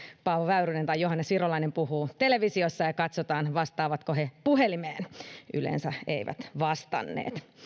paavo väyrynen tai johannes virolainen puhuu televisiossa ja katsotaan vastaavatko he puhelimeen yleensä eivät vastanneet